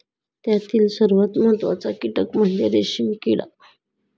त्यातील सर्वात महत्त्वाचा कीटक म्हणजे रेशीम किडा